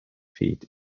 fete